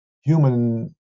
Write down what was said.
human